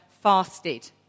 fasted